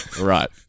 Right